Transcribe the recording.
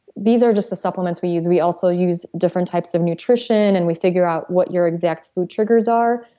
these are just the supplements we use. we also use different types of nutrition and we figure out what your exact food triggers are,